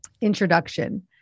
Introduction